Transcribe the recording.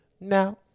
Now